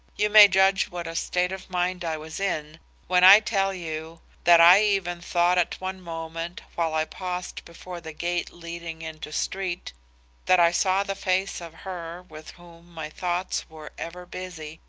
you may judge what a state of mind i was in when i tell you that i even thought at one moment while i paused before the gate leading into street that i saw the face of her with whom my thoughts were ever busy,